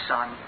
Son